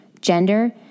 gender